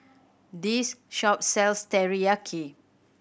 this shop sells Teriyaki